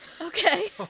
okay